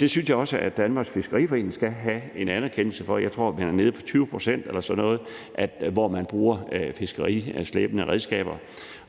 Det synes jeg også Danmarks Fiskeriforening skal have en anerkendelse for. Jeg tror, man er nede på 20 pct. eller sådan noget, hvor man bruger fiskerislæbende redskaber.